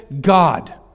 God